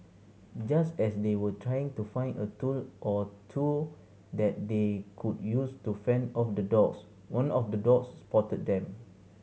just as they were trying to find a tool or two that they could use to fend off the dogs one of the dogs spotted them